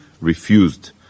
refused